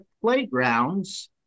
playgrounds